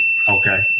Okay